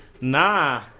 nah